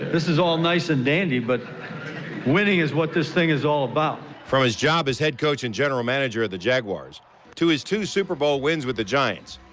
this is all nice and dandy but winning is what this thing is all about. from his job as head coach and general manager of the jaguars to his two super bowl wins with the giants,